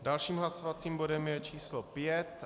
Dalším hlasovacím bodem je číslo 5.